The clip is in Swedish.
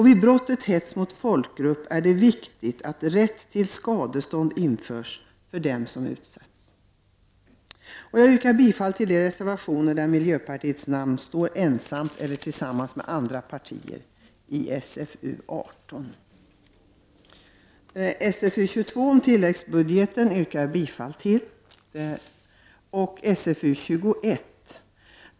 Vid brottet hets mot folkgrupp är det viktigt att rätt till skadestånd införs för den som utsätts. Jag yrkar bifall till de reservationer som miljöpartiet antingen står ensamt bakom eller som vi har tillsammans med andra partier i socialförsäkringsutskottets betänkande 18. Jag yrkar vidare bifall till hemställan i SfU22 om tilläggsbudgeten. Dessutom yrkar jag bifall till hemställan i SfU21.